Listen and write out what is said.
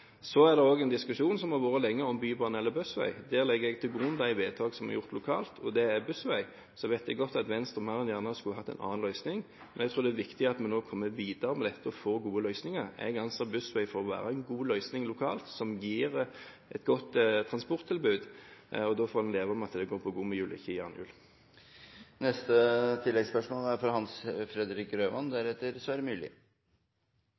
Det pågår en diskusjon som har vart lenge, om bybane eller bussvei. Jeg legger til grunn de vedtak som er gjort lokalt – og det gjelder bussvei. Jeg vet godt at Venstre mer enn gjerne skulle hatt en annen løsning. Men jeg tror det er viktig at vi nå kommer videre med dette og får gode løsninger. Jeg anser bussvei for å være en god løsning lokalt, som gir et godt transporttilbud. Da får vi leve med at dette går på gummihjul og ikke jernhjul. Hans Fredrik Grøvan – til oppfølgingsspørsmål. Kollektivsatsing i byene handler, bortsett fra